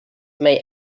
may